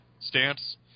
stance